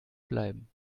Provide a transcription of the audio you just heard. bleiben